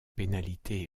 pénalité